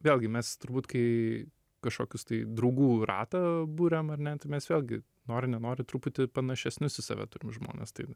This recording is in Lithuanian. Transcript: vėlgi mes turbūt kai kažkokius tai draugų ratą buriam ar ne tai mes vėlgi nori nenori truputį panašesnius į save turim žmones tai